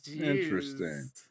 Interesting